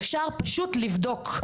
אפשר פשוט לבדוק.